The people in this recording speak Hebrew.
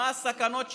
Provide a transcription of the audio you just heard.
מה הסכנות שבה?